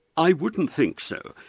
i wouldn't think so.